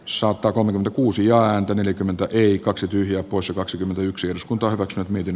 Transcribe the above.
sotakomenin kuusi ääntä yli kymmentä yli kaksi tyhjää poissa kaksikymmentäyksi osku torrokset miten